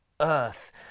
earth